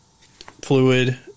fluid